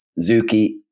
Zuki